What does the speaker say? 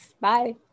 Bye